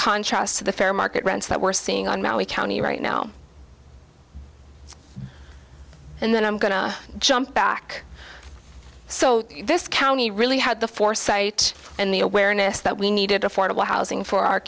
contrast to the fair market rents that we're seeing on maui county right now and then i'm going to jump back so this county really had the foresight and the awareness that we needed affordable housing for our